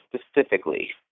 specifically